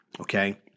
Okay